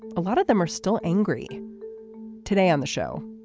a lot of them are still angry today on the show.